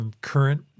current